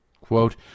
Quote